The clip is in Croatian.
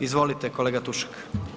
Izvolite kolega Tušek.